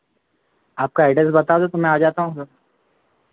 आपका एड्रेस बता दो तो मैं आ जाता हूँ फिर